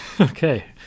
okay